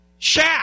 Shaq